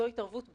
זאת תרבות התוכן.